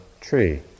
tree